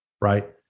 right